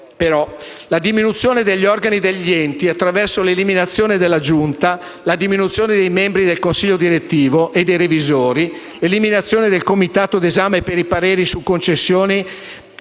la diminuzione degli organi degli enti parco attraverso l’eliminazione della giunta, la diminuzione dei membri del consiglio direttivo e dei revisori, l’eliminazione del comitato d’esame per i pareri su concessioni